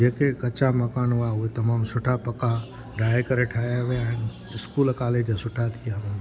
जेके कचा मकान हुआ उहे तमामु पका सुठा ॾाहे करे ठाहिया विया आहिनि स्कूल कालेज सुठा थी विया आहिनि